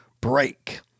break